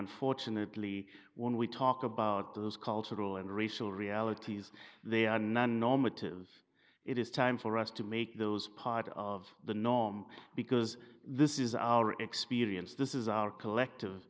unfortunately when we talk about those cultural and racial realities they are non normative it is time for us to make those part of the norm because this is our experience this is our collective